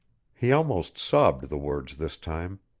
he almost sobbed the words this time.